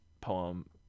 poem